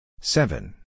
Seven